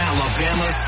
Alabama